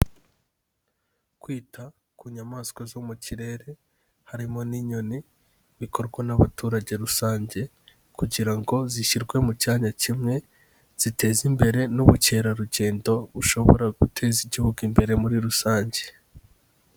Kwita ku nyamaswa zo mu kirere harimo n'inyoni, bikorwa n'abaturage rusange kugira ngo zishyirwe mu cyanya kimwe, ziteze imbere n'ubukerarugendo bushobora guteza Igihugu imbere muri rusange.